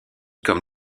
comme